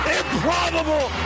improbable